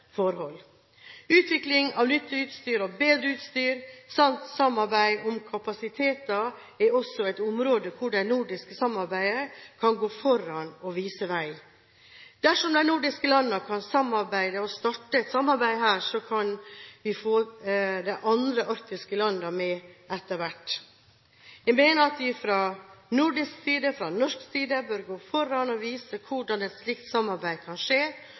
forhold. Utvikling av nytt og bedre utstyr samt samarbeid om kapasiteter er også et område hvor det nordiske samarbeidet kan gå foran og vise veg. Dersom de nordiske landene kan starte et samarbeid her, kan man få de andre arktiske landene med etter hvert. Jeg mener at vi fra nordisk – og norsk – side bør gå foran og vise hvordan et slikt samarbeid kan skje,